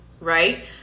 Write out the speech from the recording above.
right